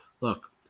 Look